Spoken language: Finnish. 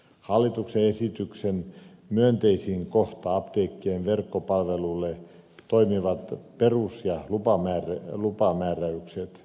hallituksen esityksen myönteisin kohta apteekkien verkkopalvelulle on toimivat perus ja lupamääritykset